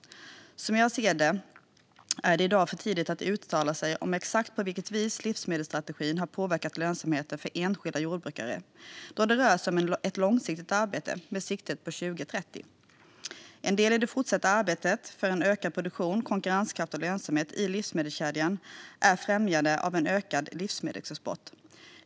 Som jag ser det är det i dag för tidigt att uttala sig om exakt på vilket vis livsmedelsstrategin har påverkat lönsamheten för enskilda jordbrukare, då det rör sig om ett långsiktigt arbete med sikte på 2030. En del i det fortsatta arbetet för en ökad produktion, konkurrenskraft och lönsamhet i livsmedelskedjan är främjandet av en ökad livsmedelsexport.